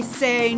say